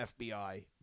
FBI